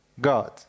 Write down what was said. God